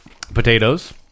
potatoes